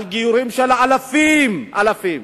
גיור של אלפים, אלפים,